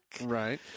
right